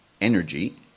energy